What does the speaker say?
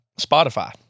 Spotify